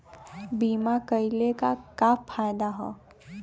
बीमा कइले का का फायदा ह?